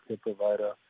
provider